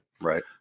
Right